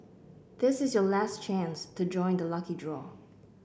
this is your last chance to join the lucky draw